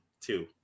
two